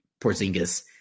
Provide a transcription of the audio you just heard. Porzingis